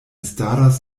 staras